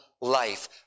life